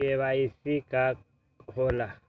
KYC का होला?